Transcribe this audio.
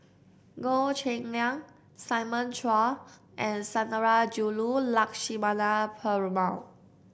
Goh Cheng Liang Simon Chua and Sundarajulu Lakshmana Perumal